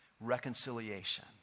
reconciliation